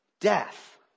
death